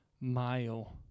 mile